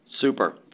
Super